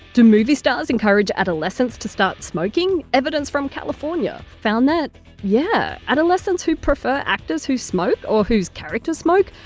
do movie stars encourage adolescents to start smoking? evidence from california found that yes, yeah adolescents who prefer actors who smoke, or whose characters smoke,